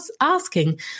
asking